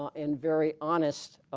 um and very honest